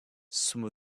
some